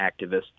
activists